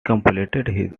completed